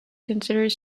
considered